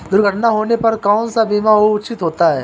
दुर्घटना होने पर कौन सा बीमा उचित होता है?